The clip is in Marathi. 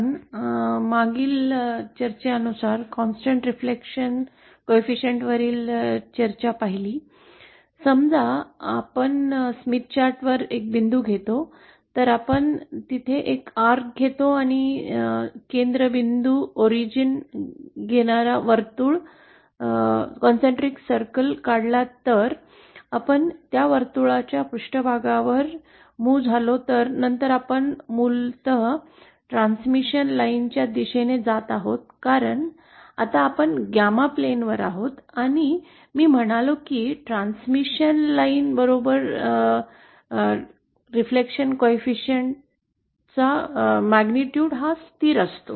आपण मागील ओळीत पाहिलेल्या स्थिर परावर्तन गुणकावरील वरील चर्चा करूया समजा आपण स्मिथ चार्टवर बिंदू घेतो तर आपण कंपास घेतो आणि केंद्र बिंदू ऑरिजिन घेणारा वर्तुळ एकाग्र वर्तुळ काढला तर आपण त्या वर्तुळाच्या पृष्ठभागावर मूव झालो तर नंतर आपण मूलत ट्रान्समिशन लाईनच्या दिशेने जात आहोत कारण आता आपण 𝜞 प्लेनवर आहोत आणि मी म्हणालो की ट्रांसमिशन लाईन बरोबर परावर्तन गुणकाच परिमाण स्थिर असते